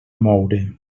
moure